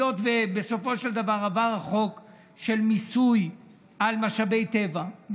היות שבסופו של דבר עבר החוק של מיסוי על משאבי טבע,